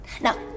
Now